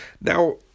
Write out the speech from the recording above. Now